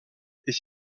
est